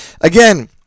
again